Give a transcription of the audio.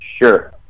Sure